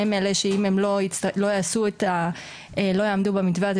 הם אלה שאם הם לא יעמדו במתווה הזה,